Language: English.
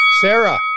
sarah